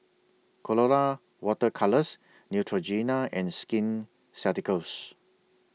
Colora Water Colours Neutrogena and Skin Ceuticals